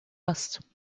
است